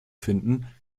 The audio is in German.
finden